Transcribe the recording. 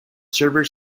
server